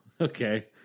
okay